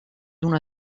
una